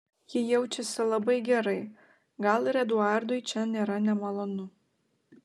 ji jaučiasi labai gerai gal ir eduardui čia nėra nemalonu